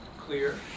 clear